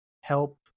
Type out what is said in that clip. help